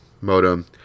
modem